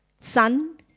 Sun